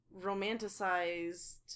romanticized